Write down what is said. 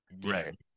Right